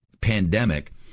pandemic